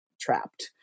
trapped